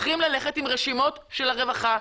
צריכים ללכת עם רשימות של הרווחה,